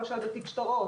למשל בתיק שטרות?